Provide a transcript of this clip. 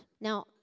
Now